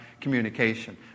communication